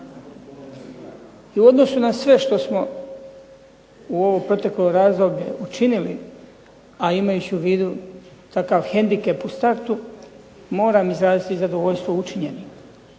I u odnosu na sve što smo u ovo proteklo razdoblje učinili, a imajući u vidu takav hendikep u startu moram izraziti zadovoljstvo učinjenim